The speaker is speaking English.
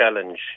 challenge